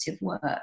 work